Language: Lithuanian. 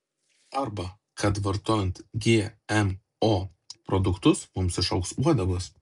arba kad vartojant gmo produktus mums išaugs uodegos